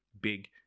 big